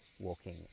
walking